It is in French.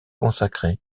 consacré